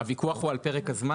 הוויכוח הוא על פרק הזמן?